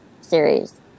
series